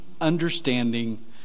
understanding